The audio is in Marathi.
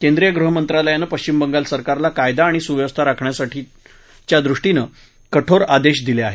केंद्रीय गृहमंत्रालयानं पश्चिम बंगाल सरकारला कायदा आणि सुव्यवस्था राखण्याच्या दृष्टीनं कठोर आदेश दिले आहेत